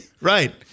Right